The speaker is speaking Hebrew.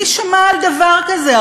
מי שמע על דבר כזה?